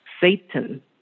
Satan